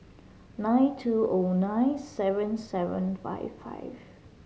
nine two O nine seven seven five five